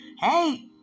Hey